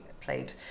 played